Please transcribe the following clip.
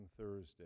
Thursday